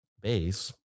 base